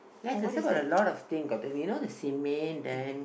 then there's still got a lot of thing got the you know cement then